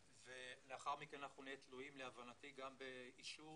לאחר מכן, אנחנו נהיה תלויים להבנתי, גם באישור